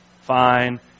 fine